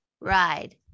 ride